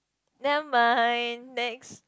never mind next